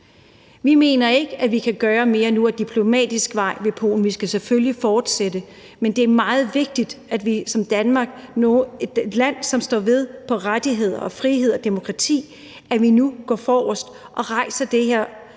Vi mener ikke, at vi kan gøre mere nu ad diplomatisk vej i forhold til Polen. Vi skal selvfølgelig fortsætte, men det er meget vigtigt, at Danmark er et land, som står fast på rettigheder og frihed og demokrati, og at vi nu går forrest og rejser den her